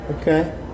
Okay